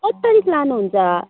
कति तारिख लानुहुन्छ